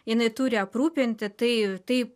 jinai turi aprūpinti tai tai